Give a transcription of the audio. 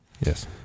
Yes